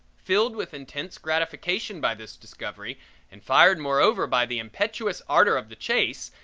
filled with intense gratification by this discovery and fired moreover by the impetuous ardor of the chase,